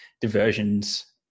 diversions